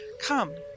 Come